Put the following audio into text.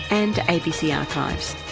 and to abc archives.